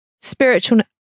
spiritual